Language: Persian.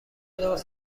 چیکار